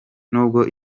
nubwo